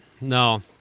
No